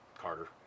Carter